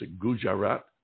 Gujarat